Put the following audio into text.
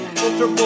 Ultra